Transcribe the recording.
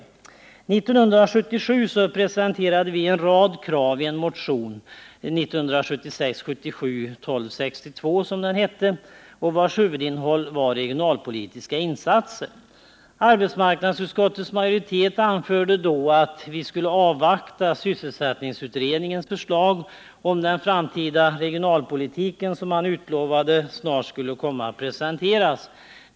1977 presenterade vi en rad krav i en motion, 1976/77:1262, vars huvudinnehåll var regionalpolitiska insatser. Arbetsmarknadsutskottets majoritet anförde då att vi skulle avvakta sysselsättningsutredningens förslag 215 om den framtida regionalpolitiken, som man utlovade snart skulle komma att presenteras.